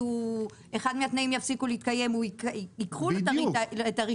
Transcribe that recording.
אחד מן התנאים יפסיק להתקיים ייקחו לו את הרישיון,